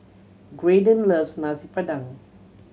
Graydon loves Nasi Padang